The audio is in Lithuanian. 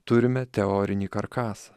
turime teorinį karkasą